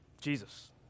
Jesus